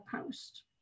post